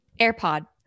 AirPod